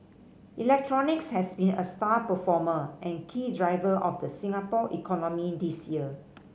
electronics has been a star performer and key driver of the Singapore economy this year